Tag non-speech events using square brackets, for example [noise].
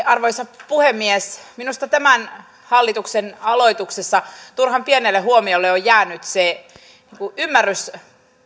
[unintelligible] arvoisa puhemies minusta tämän hallituksen aloituksessa turhan pienelle huomiolle on jäänyt sen ymmärrys